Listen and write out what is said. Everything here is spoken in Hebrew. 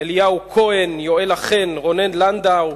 אליהו כהן, יואלה חן, רונן לנדאו,